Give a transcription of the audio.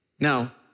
Now